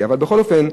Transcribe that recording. בכל אופן,